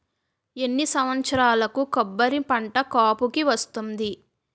ఎన్ని సంవత్సరాలకు కొబ్బరి పంట కాపుకి వస్తుంది?